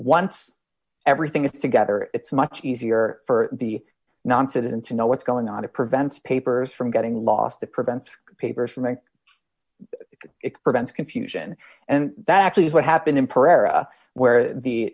once everything is together it's much easier for the non citizen to know what's going on it prevents papers from getting lost that prevents paper from it prevents confusion and that actually is what happened in pereira where the